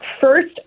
first